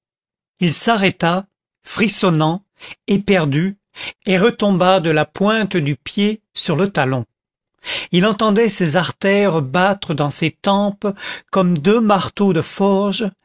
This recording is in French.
il s'arrêta frissonnant éperdu et retomba de la pointe du pied sur le talon il entendait ses artères battre dans ses tempes comme deux marteaux de forge